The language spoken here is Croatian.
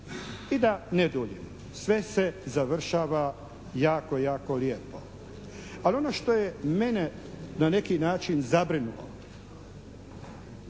I da ne duljim, sve se završava jako, jako lijepo. Ali ono što je mene na neki način zabrinulo.